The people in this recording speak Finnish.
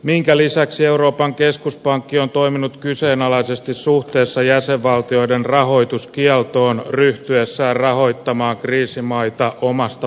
minkä lisäksi euroopan keskuspankki on toiminut kyseenalaisesti suhteessa jäsenvaltioiden rahoitus kieltoon ryhtyessään rahoittamaa kriisimaita omasta